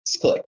click